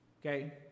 Okay